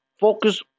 Focus